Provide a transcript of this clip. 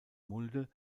mulde